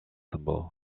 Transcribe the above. symbol